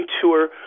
tour